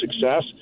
success